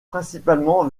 principalement